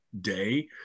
day